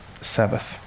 Sabbath